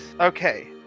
Okay